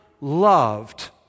loved